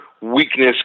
Weakness